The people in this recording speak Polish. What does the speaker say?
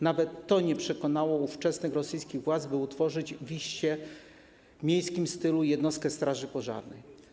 Nawet to nie przekonało ówczesnych rosyjskich władz, by utworzyć w iście miejskim stylu jednostkę straży pożarnej.